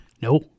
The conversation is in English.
No